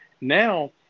Now